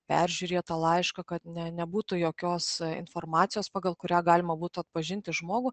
peržiūrėję tą laišką kad ne nebūtų jokios informacijos pagal kurią galima būtų atpažinti žmogų